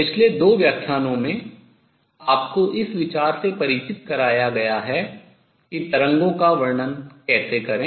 पिछले दो व्याख्यानों में आपको इस विचार से परिचित कराया गया है कि तरंगों का वर्णन कैसे करें